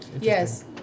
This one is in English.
Yes